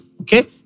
Okay